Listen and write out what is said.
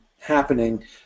happening